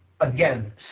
again